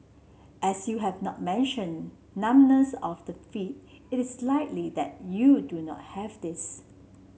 as you have not mentioned numbness of the feet it is likely that you do not have this